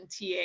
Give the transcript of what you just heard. ta